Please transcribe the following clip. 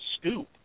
scoop